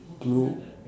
blue